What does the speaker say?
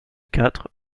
quatre